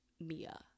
Mia